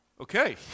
Okay